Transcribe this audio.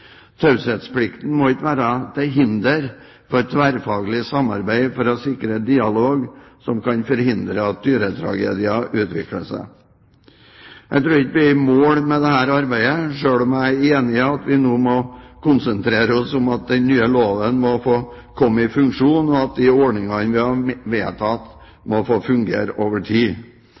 Taushetsplikten må ikke være til hinder for tverrfaglig samarbeid for å sikre dialog som kan forhindre at dyretragedier får utvikle seg. Jeg tror ikke vi er i mål med dette arbeidet, selv om jeg er enig i at vi nå må konsentrere oss om at den nye loven må få komme i funksjon, og at de ordningene vi har vedtatt, må få fungere over tid.